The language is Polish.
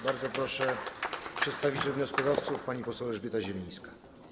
Bardzo proszę, przedstawiciel wnioskodawców, pani poseł Elżbieta Zielińska.